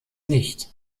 nicht